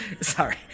Sorry